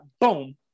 boom